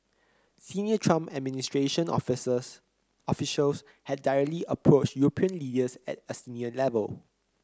Senior Trump administration officers officials had directly approached European leaders at a senior level